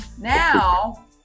Now